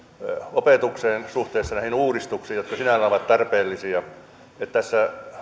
opetukseen suhteessa näihin uudistuksiin jotka sinällään ovat tarpeellisia että tässä